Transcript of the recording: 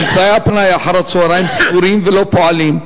אמצעי הפנאי אחר-הצהריים סגורים ולא פועלים,